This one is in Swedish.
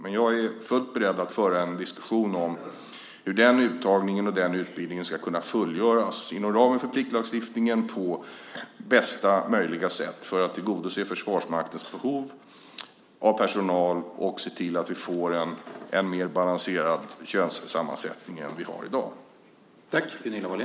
Men jag är fullt beredd att föra en diskussion om hur den uttagningen och den utbildningen ska kunna fullgöras inom ramen för pliktlagstiftningen på bästa möjliga sätt för att tillgodose Försvarsmaktens behov av personal och se till att vi får en mer balanserad könssammansättning än vi har i dag.